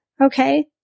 Okay